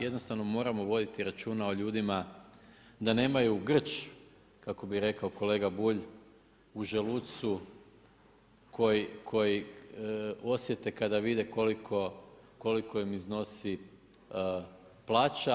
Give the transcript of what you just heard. Jednostavno moramo voditi računa o ljudima da nemaju grč kako bi rekao kolega Bulj, u želucu koji osjete kada vide koliko im iznosi plaća.